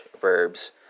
verbs